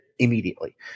immediately